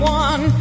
one